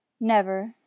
Never